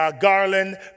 Garland